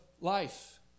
life